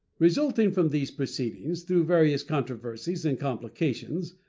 resulting from these proceedings, through various controversies and complications,